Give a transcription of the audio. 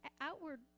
outward